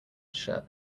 shirt